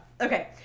Okay